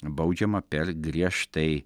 baudžiama per griežtai